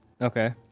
Okay